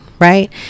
right